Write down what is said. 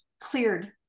cleared